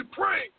pray